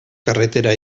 carretera